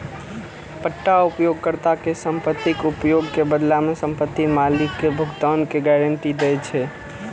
पट्टा उपयोगकर्ता कें संपत्तिक उपयोग के बदला मे संपत्ति मालिक कें भुगतान के गारंटी दै छै